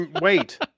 wait